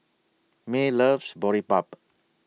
May loves Boribap